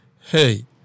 hey